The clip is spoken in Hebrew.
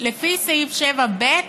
לפי סעיף 7(ב)